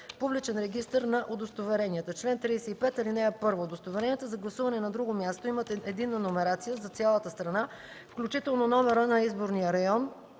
„Публичен регистър на удостоверенията Чл. 35. (1) Удостоверенията за гласуване на друго място имат единна номерация за цялата страна, включваща номера на изборния район